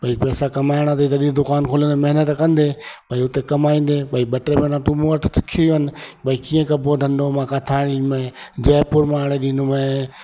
भई पैसा कमाइणा अथई त जॾहिं दुकानु खोलण में महिनतु कंदे भई हुते कमाईंदे भई ॿ टे महीना तू मूं वटि सिखी वञ भई कीअं कबो धंधो मां किथा आणिंदो माव जयपुर मां आणे ॾींदोमाव